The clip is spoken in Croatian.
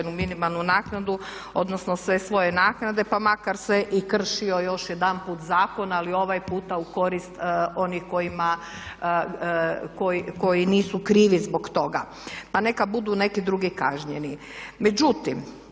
minimalnu naknadu odnosno sve svoje naknade pa makar se i kršio još jedanput zakon ali ovaj puta u korist onih koji nisu krivi zbog toga pa neka budu neki drugi kažnjeni.